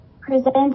Present